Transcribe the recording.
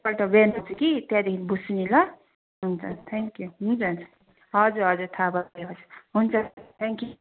एकपल्ट बिहान आउँछु कि त्यहाँदेखि बुझ्छु नि ल हुन्छ थ्याङ्क यू हुन्छ हुन्छ हजुर हजुर थाहा भयो हुन्छ थ्याङ्क यू हुन्छ